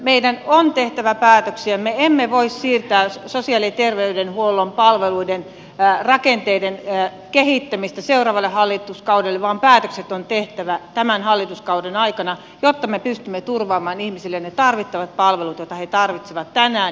meidän on tehtävä päätöksiä me emme voi siirtää sosiaali ja terveydenhuollon palveluiden rakenteiden kehittämistä seuraavalle hallituskaudelle vaan päätökset on tehtävä tämän hallituskauden aikana jotta me pystymme turvaamaan ihmisille ne tarvittavat palvelut joita he tarvitsevat tänään ja tulevaisuudessa